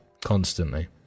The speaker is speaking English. constantly